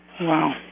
Wow